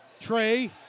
Trey